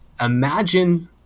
Imagine